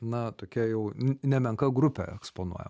na tokia jau nemenka grupė eksponuoti